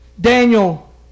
Daniel